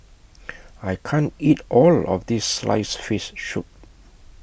I can't eat All of This Sliced Fish Soup